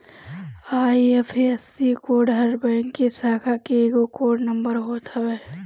IFSC code हर bank के शाखा के एगो कोड नंबर होत हवे